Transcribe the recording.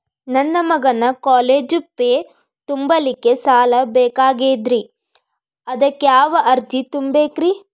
ನನ್ನ ಮಗನ college fee ತುಂಬಲಿಕ್ಕೆ ಸಾಲ ಬೇಕಾಗೆದ್ರಿ ಅದಕ್ಯಾವ ಅರ್ಜಿ ತುಂಬೇಕ್ರಿ?